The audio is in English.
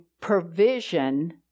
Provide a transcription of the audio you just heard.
provision